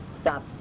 Stop